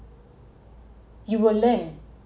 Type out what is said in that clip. you will learn